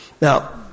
Now